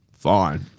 Fine